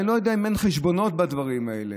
אני לא יודע אם אין חשבונות בדברים האלה,